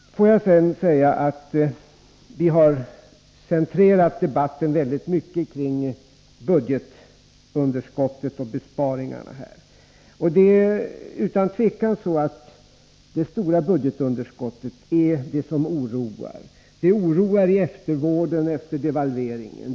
Vi har centrerat debatten väldigt mycket kring budgetunderskottet och besparingarna. Utan tvivel är det stora budgetunderskottet det som oroar i eftervården efter devalveringen.